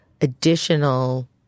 additional